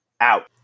out